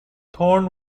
thorne